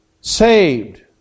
saved